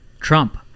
Trump